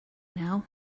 now